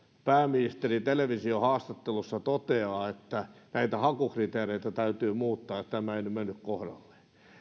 televisiohaastattelussa totesi että näitä hakukriteereitä täytyy muuttaa että tämä ei nyt mennyt kohdalleen